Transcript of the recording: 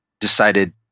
decided